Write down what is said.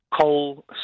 coal